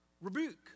rebuke